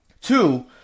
Two